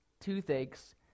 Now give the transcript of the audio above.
toothaches